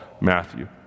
Matthew